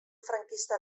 franquista